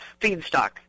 feedstock